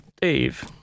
Dave